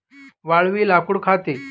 वाळवी लाकूड खाते